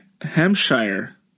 Hampshire